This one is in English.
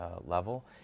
level